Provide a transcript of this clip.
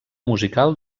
musical